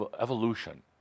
evolution